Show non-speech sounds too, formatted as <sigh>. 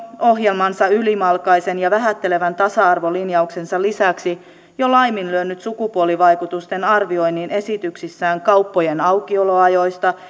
ohjelmansa ylimalkaisen ja vähättelevän tasa arvolinjauksensa lisäksi jo laiminlyönyt sukupuolivaikutusten arvioinnin esityksissään kauppojen aukioloajoista <unintelligible>